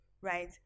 right